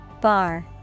Bar